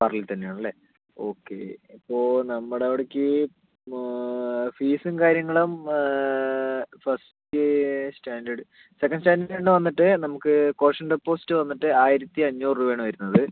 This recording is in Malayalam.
പറളീയിൽ തന്നെ ആണല്ലേ ഓക്കെ ഇപ്പോൾ നമ്മുടെ അവിടേക്ക് ഫീസും കാര്യങ്ങളും ഫസ്റ്റ് സ്റ്റാൻഡേർഡ് സെക്കൻഡ് സ്റ്റാൻഡേർഡിൻ്റെ വന്നിട്ട് നമുക്ക് കോഷൻ ഡെപ്പോസിറ്റ് വന്നിട്ട് ആയിരത്തി അഞ്ഞൂറ് രൂപ ആണ് വരുന്നത്